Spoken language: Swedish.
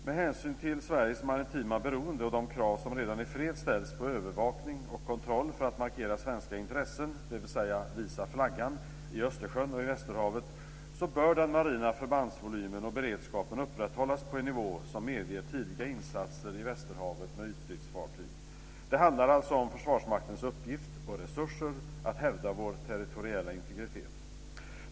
Med hänsyn till Sveriges maritima beroende och de krav som redan i fred ställs på övervakning och kontroll för att markera svenska intressen, dvs. visa flaggan, i Östersjön och västerhavet, bör den marina förbandsvolymen och beredskapen upprätthållas på en nivå som medger tidiga insatser i västerhavet med ytstridsfartyg. Det handlar alltså om Försvarsmaktens uppgift och resurser att hävda vår territoriella integritet.